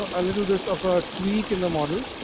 ah a little just of a tweak in the model.